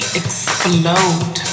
explode